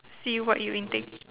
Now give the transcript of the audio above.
see what you intake